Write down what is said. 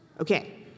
Okay